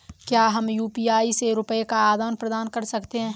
क्या हम यू.पी.आई से रुपये का आदान प्रदान कर सकते हैं?